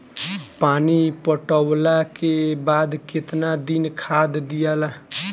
पानी पटवला के बाद केतना दिन खाद दियाला?